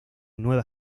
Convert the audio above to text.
nueva